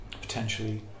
potentially